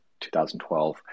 2012